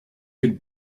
could